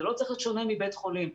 זה לא צריך להיות שונה מבית חולים.